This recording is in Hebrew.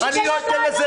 אני לא אתן לזה לעבור.